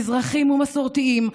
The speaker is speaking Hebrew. מזרחים ומסורתיים,